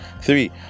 three